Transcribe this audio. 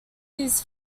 his